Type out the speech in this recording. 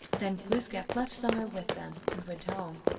then glooskap left summer with them, and went home.